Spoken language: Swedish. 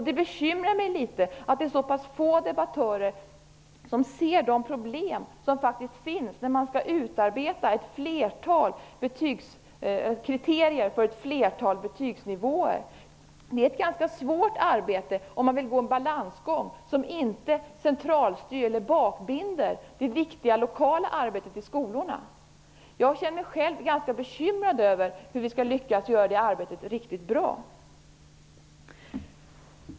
Det bekymrar mig litet att det är så pass få debattörer som ser de problem som faktiskt finns när man skall utarbeta kriterier för ett flertal betygsnivåer. Det är ett ganska svårt arbete, om man vill gå en balansgång och inte centralstyra eller bakbinda det viktiga lokala arbetet i skolorna. Jag känner mig själv ganska bekymrad över hur vi skall lyckas göra det arbetet riktigt bra.